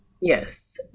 yes